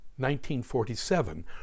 1947